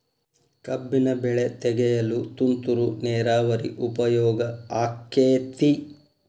ಕಬ್ಬಿನ ಬೆಳೆ ತೆಗೆಯಲು ತುಂತುರು ನೇರಾವರಿ ಉಪಯೋಗ ಆಕ್ಕೆತ್ತಿ?